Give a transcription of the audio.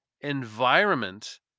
environment